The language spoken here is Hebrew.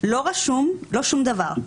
לא רשום ולא שום דבר.